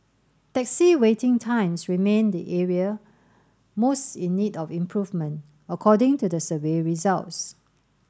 taxi waiting times remained the area most in need of improvement according to the survey results